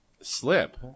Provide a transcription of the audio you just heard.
Slip